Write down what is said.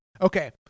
Okay